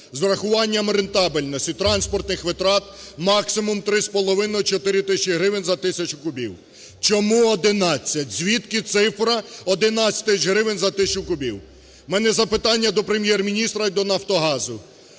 з урахуванням рентабельності транспортних витрат, максимум – 3,5-4 тисячі гривень за тисячу кубів. Чому 11? Звідки цифра 11 тисяч гривень за тисячу кубів? У мене запитання до Прем'єр-міністра і до "Нафтогазу".